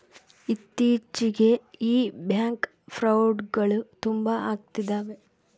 ಇತ್ತೀಚಿಗೆ ಈ ಬ್ಯಾಂಕ್ ಫ್ರೌಡ್ಗಳು ತುಂಬಾ ಅಗ್ತಿದವೆ